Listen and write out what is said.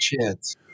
chance